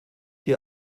die